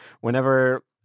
whenever